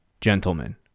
Gentlemen